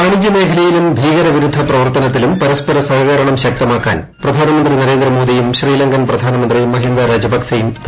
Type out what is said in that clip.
വാണിജൃ മേഖലയിലും ഭീകരവിരുദ്ധ പ്രവർത്തനത്തിലും പരസ്പര സഹകരണം ശക്തമാക്കാൻ പ്രധാനമന്ത്രി നരേന്ദ്രമോദിയും ശ്രീലങ്കൻ പ്രധാനമന്ത്രി മഹീന്ദ്ര രജപക്സെയും ധാരണയായി